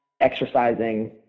exercising